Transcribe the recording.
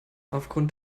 aufgrund